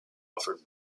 offered